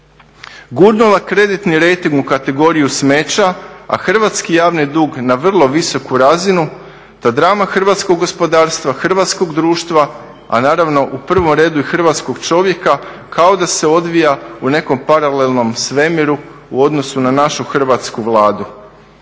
gurnula kreditni rejting u kategoriju smeća, a hrvatski javni dug na vrlo visoku razinu. Ta drama hrvatskog gospodarstva, hrvatskog društva, a naravno u prvom redu i hrvatskog čovjeka kao da se odvija u nekom paralelnom svemiru u odnosu na našu hrvatsku Vladu,